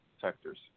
sectors